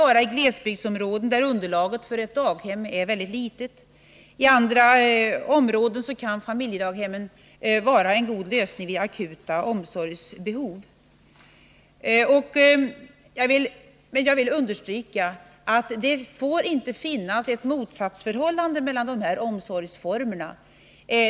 vara i glesbygdsområden, där underlaget för ett daghem är mycket litet. I andra områden kan familjedaghemmen vara en god lösning vid akuta omsorgsbehov. Jag vill understryka att det inte får finnas ett motsatsförhållande mellan dessa omsorgsformer.